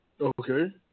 Okay